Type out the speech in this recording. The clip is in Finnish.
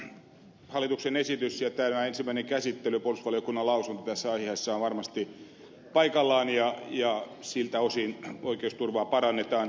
tämä hallituksen esitys ja tämä ensimmäinen käsittely sekä puolustusvaliokunnan lausunto tässä asiassa ovat varmasti paikallaan ja siltä osin oikeusturvaa parannetaan